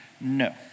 No